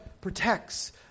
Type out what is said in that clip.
protects